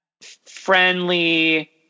friendly